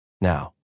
now